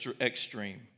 extreme